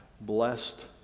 blessed